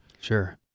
Sure